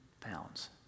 pounds